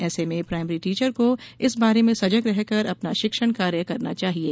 ऐसे में primary teacher को इस बारे में सजग रहकर अपना शिक्षण कार्य करना चाहिये